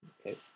Okay